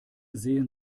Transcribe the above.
sehen